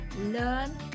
learn